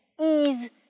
ease